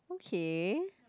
okay